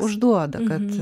užduoda kad